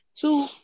Two